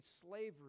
slavery